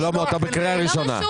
שלמה קרעי, אתה בקריאה ראשונה.